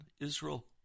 Israel